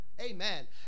Amen